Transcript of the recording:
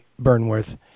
Burnworth